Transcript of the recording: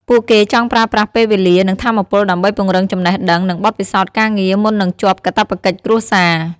ពួកគេចង់ប្រើប្រាស់ពេលវេលា និងថាមពលដើម្បីពង្រឹងចំណេះដឹង និងបទពិសោធន៍ការងារ មុននឹងជាប់កាតព្វកិច្ចគ្រួសារ។